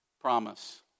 promise